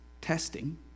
testing